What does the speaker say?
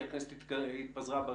כי הכנסת ה-19 התפזרה.